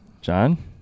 John